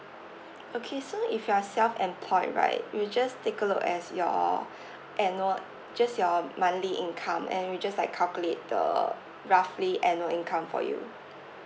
okay so if you're self employed right we'll just take a look at your annual just your monthly income and we just like calculate the roughly annual income for you